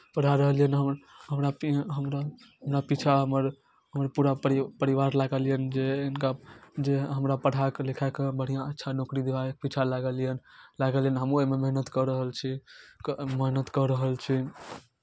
पढ़ा रहल यए हमरा हमरा हमरा पी हमरा पीछा हमर हमर पूरा परि परिवार लागल यए जे हिनका जे हमरा पढ़ा कऽ लिखा कऽ बढ़िआँ अच्छा नौकरी दुआरे पीछा लागल यए लागल यए हमहूँ ओहिमे मेहनत कऽ रहल छी क् मेहनत कऽ रहल छी